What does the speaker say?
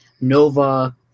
Nova